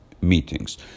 meetings